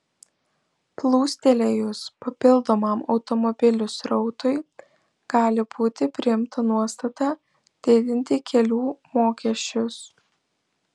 plūstelėjus papildomam automobilių srautui gali būti priimta nuostata didinti kelių mokesčius